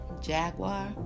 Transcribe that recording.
Jaguar